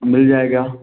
मिल जाएगा